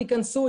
תיכנסו,